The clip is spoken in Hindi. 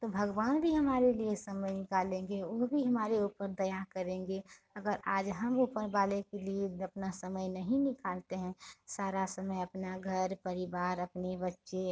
तो भगवान भी हमारे लिए समय निकालेंगे उह भी हमारे ऊपर दया करेंगे अगर आज हम ऊपर वाले के लिए भी अपना समय नहीं निकालते हैं सारा समय अपना घर परिवार अपने बच्चे